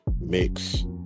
mix